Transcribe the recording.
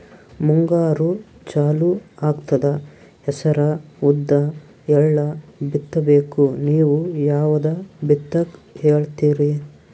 ಮುಂಗಾರು ಚಾಲು ಆಗ್ತದ ಹೆಸರ, ಉದ್ದ, ಎಳ್ಳ ಬಿತ್ತ ಬೇಕು ನೀವು ಯಾವದ ಬಿತ್ತಕ್ ಹೇಳತ್ತೀರಿ?